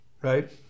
right